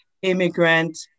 Immigrant